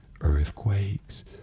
earthquakes